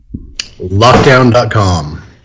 Lockdown.com